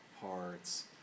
parts